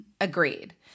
Agreed